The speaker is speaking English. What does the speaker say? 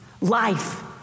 life